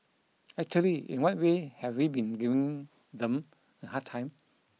actually in what way have we been giving them a hard time